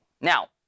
now